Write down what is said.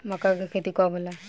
मक्का के खेती कब होला?